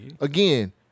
again